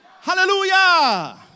hallelujah